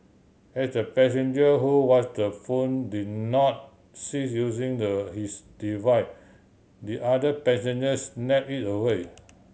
as the passenger who was the phone did not cease using the his device the other passenger snatched it away